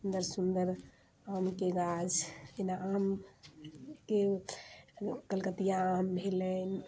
सुन्दर सुन्दर आमके गाछ तहिना आमके कलकतिया आम भेलै